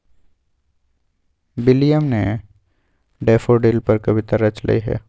William ने daffodil पर कविता रच लय है